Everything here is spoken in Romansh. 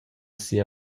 sia